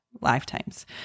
lifetimes